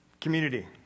community